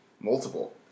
multiple